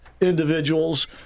individuals